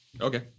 Okay